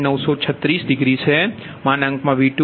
936 degree છેV21 1